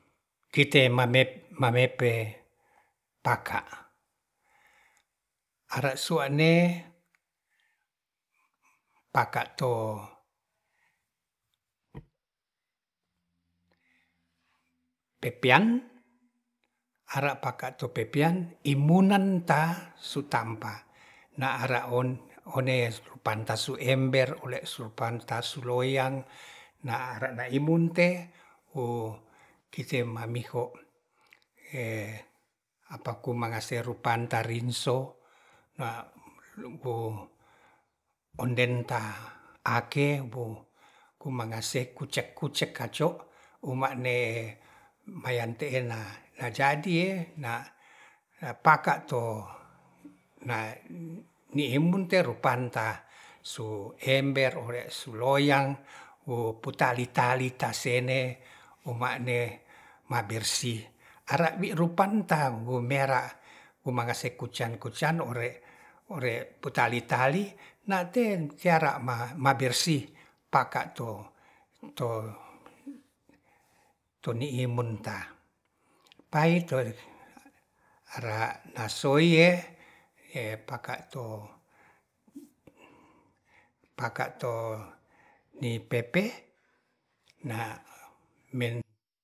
Kite mamep mamepe paka are sua'ne paka to pepian ara paka to pepian imunan ta su tampa na ara on one rupanta su ember ore su panta su loyang na are na imbun te kite mamiho apa kumangase ru panta rinso na lumbo onden ta ake bo kumangase kucek-kucek kaco umane mayan te'e la najadi na na paka to na ne embun terupanta su ember ore su loyang wu putali tali sene ta sene omane mabersih ara bi rupantang wu mera wu mangase kuca-kucano ore ore putali-tali nate teara mabersih paka to to toniimun ta pai to ara nasoye e paka to paka to ni pepe na men